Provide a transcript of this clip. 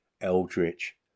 eldritch